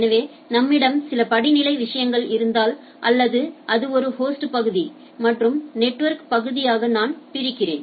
எனவே நம்மிடம் சில படிநிலை விஷயங்கள் இருந்தால் அல்லது அது ஒரு ஹோஸ்ட் பகுதி மற்றும் நெட்வொர்க் பகுதி ஆக நான் பிரிக்கிறேன்